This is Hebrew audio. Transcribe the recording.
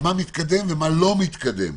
מה מתקדם ומה לא מתקדם.